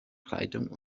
kleidung